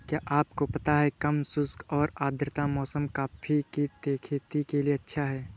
क्या आपको पता है कम शुष्क और आद्र मौसम कॉफ़ी की खेती के लिए अच्छा है?